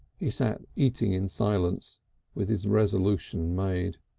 he sat eating in silence with his resolution made.